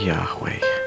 Yahweh